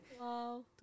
Wow